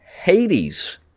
Hades